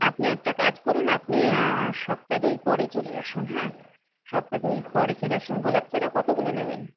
আপনি একটা কাজ করুন আপনি সপ্তাহ দুই পরে চলে আসুন হ্যাঁ সপ্তাহ দুই পরে চলে আসুন গোলাপ চারা কতগুলো নেবেন